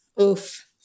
Oof